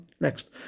Next